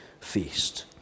feast